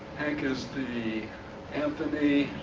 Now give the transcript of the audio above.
hank is the anthony,